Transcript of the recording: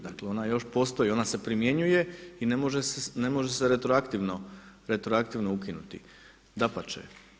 Dakle ona još postoji, ona se primjenjuje i ne može se retroaktivno ukinuti, dapače.